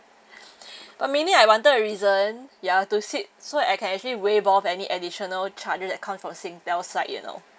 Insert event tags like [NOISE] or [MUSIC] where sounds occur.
[BREATH] but mainly I wanted a reason ya to see so I can actually waive off any additional charges that comes from Singtel side you know